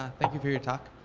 thank you for your talk.